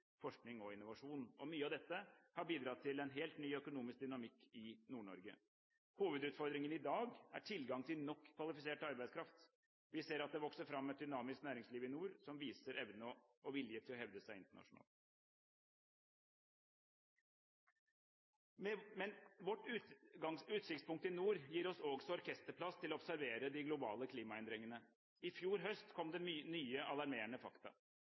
forskning og innovasjon. Mye av dette har bidratt til en helt ny økonomisk dynamikk i Nord-Norge. Hovedutfordringen i dag er tilgang til nok kvalifisert arbeidskraft. Vi ser at det vokser fram et dynamisk næringsliv i nord som viser evne og vilje til å hevde seg internasjonalt. Men vårt utsiktspunkt i nord gir oss også orkesterplass til å observere de globale klimaendringene. I fjor høst kom det nye alarmerende fakta.